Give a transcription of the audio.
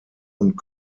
und